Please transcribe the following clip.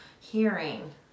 hearing